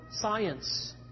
science